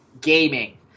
Gaming